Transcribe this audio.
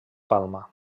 palma